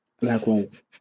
Likewise